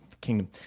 kingdom